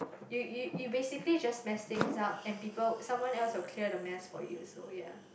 you you you basically just mess things up and people someone else will clear the mess for you so ya